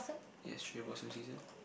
yes cherry blossom season